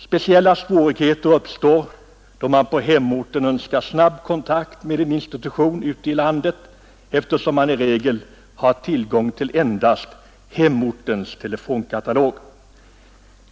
Speciella svårigheter uppstår då man på hemorten önskar snabb kontakt med en institution ute i landet, eftersom man i regel har tillgång till endast hemortens telefonkatalog.